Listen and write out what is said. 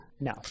No